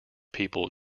people